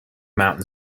mountain